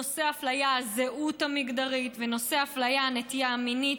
נושא האפליה בזהות המגדרית ונושא האפליה בנטייה המינית,